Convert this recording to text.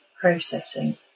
processing